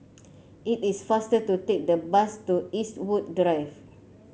it is faster to take the bus to Eastwood Drive